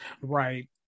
Right